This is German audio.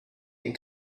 den